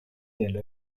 del